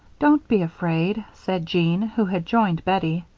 don't be afraid, said jean, who had joined bettie.